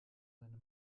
seine